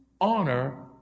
honor